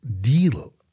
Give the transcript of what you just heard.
deal